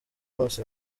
bose